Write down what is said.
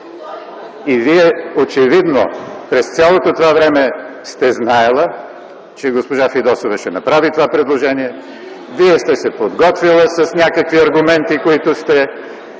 Вие очевидно през цялото това време сте знаела, че госпожа Фидосова ще направи това предложение, Вие сте се подготвила с някакви аргументи, които сте